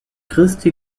christi